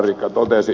larikka totesi